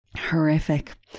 Horrific